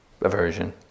aversion